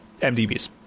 MDBs